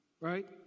right